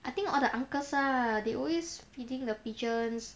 I think all the uncles lah they always feeding the pigeons